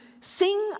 sing